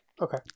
okay